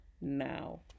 now